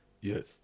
yes